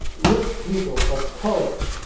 rich people of colors,